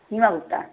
नौ बजता है